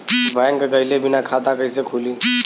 Bank गइले बिना खाता कईसे खुली?